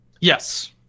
yes